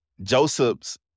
Joseph's